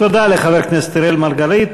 תודה לחבר הכנסת אראל מרגלית.